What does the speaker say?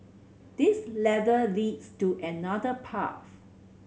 this ladder leads to another path